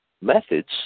methods